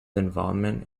involvement